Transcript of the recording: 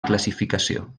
classificació